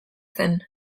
zen